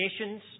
nations